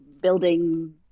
building